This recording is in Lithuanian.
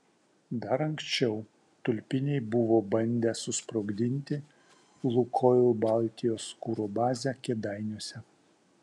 dar anksčiau tulpiniai buvo bandę susprogdinti lukoil baltijos kuro bazę kėdainiuose